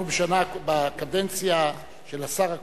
בקדנציה של השר הקודם,